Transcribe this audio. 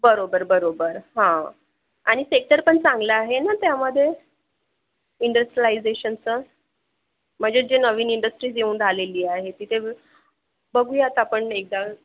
बरोबर बरोबर हा आणि सेक्टर पण चांगलं आहे ना त्यामध्ये इंडस्ट्रलायझेशनचं म्हणजे जे नवीन इंडस्ट्रीज् येऊन राहलेली आहे तिथे बघूयात आपण एकदा